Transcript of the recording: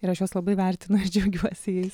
ir aš juos labai vertinu ir džiaugiuosi jais